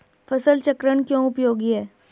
फसल चक्रण क्यों उपयोगी है?